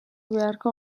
beharko